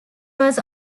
was